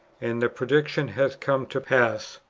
and the prediction has come to pass,